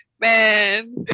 Man